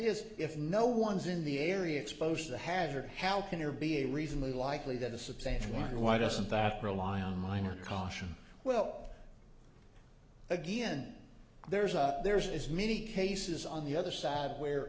is if no one's in the area exposed to the hazard how can there be a reason movie likely that a substantial one why doesn't that rely on minor caution well again there's a there is many cases on the other side where